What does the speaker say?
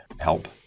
help